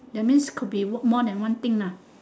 that means could be more than one thing lah